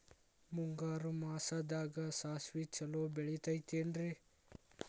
ಮುಂಗಾರು ಮಾಸದಾಗ ಸಾಸ್ವಿ ಛಲೋ ಬೆಳಿತೈತೇನ್ರಿ?